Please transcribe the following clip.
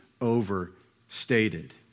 overstated